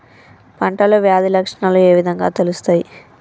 పంటలో వ్యాధి లక్షణాలు ఏ విధంగా తెలుస్తయి?